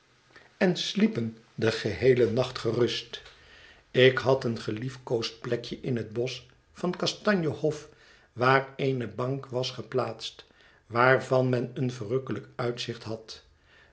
en sliepen den geheelen nacht gerust ik had een geliefkoosd plekje in het bosch van kastanje hof waar eene bank was geplaatst waarvan men een verrukkelijk uitzicht had